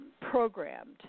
programmed